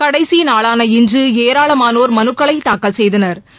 கடைசி நாளான இன்று ஏராளமானோர் மனுக்களை தாக்கல் செய்தனா்